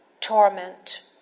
torment